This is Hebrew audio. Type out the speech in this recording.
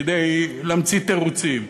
כדי להמציא תירוצים,